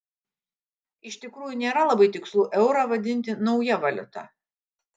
iš tikrųjų nėra labai tikslu eurą vadinti nauja valiuta